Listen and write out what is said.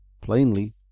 plainly